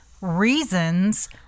reasons